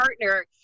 partner